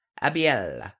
Abiel